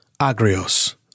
Agrios